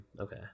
Okay